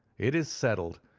it is settled,